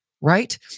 right